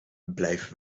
blijf